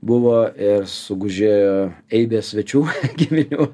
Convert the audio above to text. buvo ir sugužėjo eibė svečių giminių